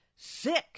Six